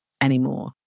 anymore